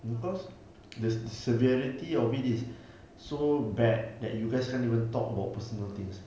because the severity of it is so bad that you guys can't even talk about personal things